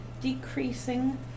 decreasing